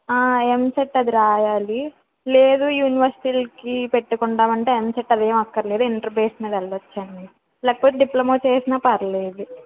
ఎంసెట్ అది రాయాలి లేదు యూనివర్శిటీలకి పెట్టుకుంటాము అంటే ఎంసెట్ అదేం అక్కర్లేదు ఇంటర్ బేస్ మీద వెళ్లొచ్చండి లేకపోతే డిప్లొమా చేసినా పర్లేదు